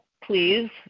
please